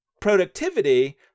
productivity